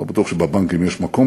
אני לא בטוח שבבנקים עדיין יש מקום,